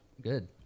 Good